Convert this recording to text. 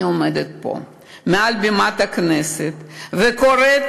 אני עומדת פה מעל בימת הכנסת וקוראת